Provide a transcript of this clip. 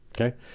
okay